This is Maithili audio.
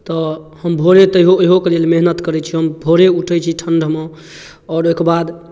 तऽ हम भोरे तैओ इहोके लेल मेहनत करै छी हम भोरे उठै छी ठण्डमे आओर ओहिके बाद